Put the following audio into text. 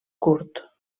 curt